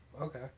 Okay